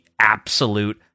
absolute